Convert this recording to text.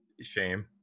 Shame